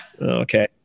okay